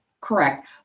Correct